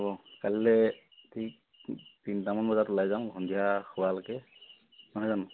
হ'ব কাইলৈ তিনিটামান বজাত ওলাই যাম সন্ধিয়া হোৱালৈকে নহয় জানো